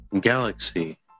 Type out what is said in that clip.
galaxy